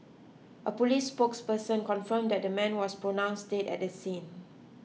a police spokesperson confirmed that the man was pronounced dead at the scene